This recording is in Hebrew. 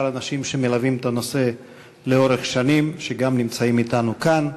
אנשים שמלווים את הנושא לאורך שנים ונמצאים אתנו כאן.